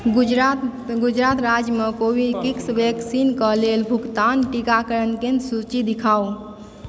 गुजरात राज्यमे कोवैक्सीन वैक्सीन कऽ लेल भुगतान टीकाकरण केन्द्रक सूची देखाउ